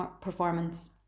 performance